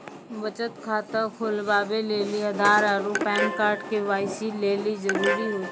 बचत खाता खोलबाबै लेली आधार आरू पैन कार्ड के.वाइ.सी लेली जरूरी होय छै